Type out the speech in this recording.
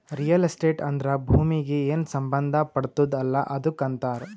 real estate ಅಂದ್ರ ಭೂಮೀಗಿ ಏನ್ ಸಂಬಂಧ ಪಡ್ತುದ್ ಅಲ್ಲಾ ಅದಕ್ ಅಂತಾರ್